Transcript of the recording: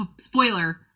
Spoiler